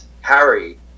Harry